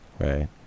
right